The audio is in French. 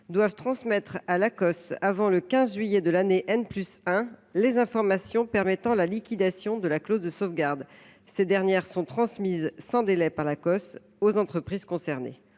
doivent transmettre à l’Acoss, avant le 15 juillet de l’année, les informations permettant la liquidation de la clause de sauvegarde. Ces informations seront transmises sans délai par l’Acoss aux entreprises concernées.